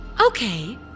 Okay